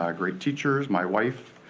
ah great teachers. my wife,